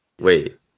Wait